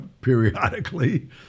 periodically